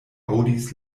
aŭdis